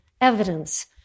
evidence